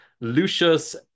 Lucius